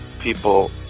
people